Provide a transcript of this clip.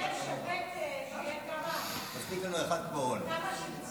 הראשונה ותחזור לדיון בוועדת העבודה והרווחה